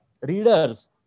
readers